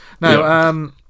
No